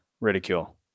ridicule